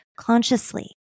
consciously